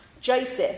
Joseph